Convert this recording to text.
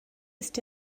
ist